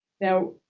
Now